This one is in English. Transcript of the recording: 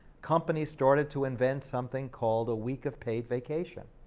companies started to invent something called a week of paid vacation.